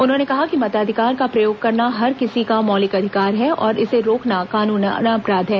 उन्होंने कहा कि मताधिकार का प्रयोग करना हर किसी का मौलिक अधिकार है और इसे रोकना कानूनन अपराध है